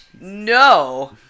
No